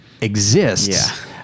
exists